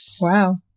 Wow